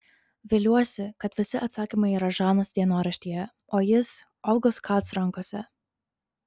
viliuosi kad visi atsakymai yra žanos dienoraštyje o jis olgos kac rankose